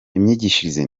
imyigishirize